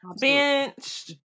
Benched